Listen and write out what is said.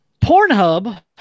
Pornhub